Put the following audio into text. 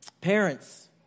parents